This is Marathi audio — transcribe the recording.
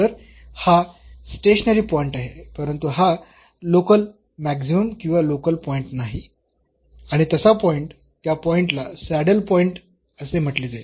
तर हा स्टेशनरी पॉईंट आहे परंतु हा लोकल मॅक्सिमम किंवा लोकल पॉईंट नाही आणि तसा पॉईंट त्या पॉईंटला सॅडल पॉईंट असे म्हटले जाईल